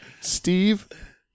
Steve